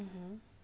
mmhmm